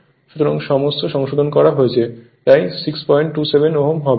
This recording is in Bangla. সুতরাং সমস্ত সংশোধন করা হয়েছে তাই 627 Ω হবে